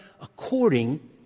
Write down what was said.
according